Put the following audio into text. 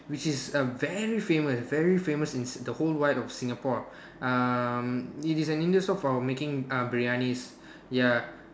which is a very famous very famous in s~ the whole wide of Singapore um it is an Indian stall for making uh biryanis ya